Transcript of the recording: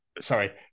sorry